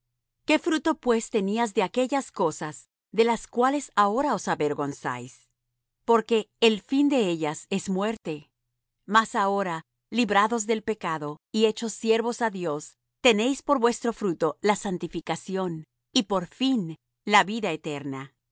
qué fruto pues teníais de aquellas cosas de las cuales ahora os avergonzáis porque el fin de ellas es muerte mas ahora librados del pecado y hechos siervos á dios tenéis por vuestro fruto la santificación y por fin la vida eterna